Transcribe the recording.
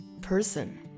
person